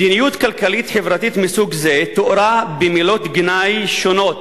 מדיניות כלכלית-חברתית מסוג זה תוארה במילות גנאי שונות,